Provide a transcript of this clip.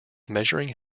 measuring